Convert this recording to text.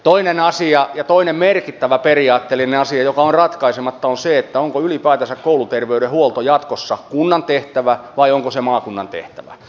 toinen asia ja toinen merkittävä periaatteellinen asia joka on ratkaisematta on se onko ylipäätänsä kouluterveydenhuolto jatkossa kunnan tehtävä vai onko se maakunnan tehtävä